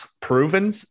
proven